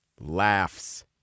Laughs